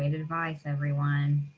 and advice, everyone.